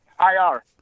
IR